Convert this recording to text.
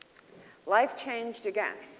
life changeed again.